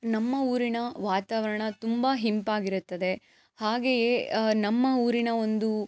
ನಮ್ಮ ಊರಿನ ವಾತಾವರಣ ತುಂಬ ಇಂಪಾಗಿರುತ್ತದೆ ಹಾಗೆಯೇ ನಮ್ಮ ಊರಿನ ಒಂದು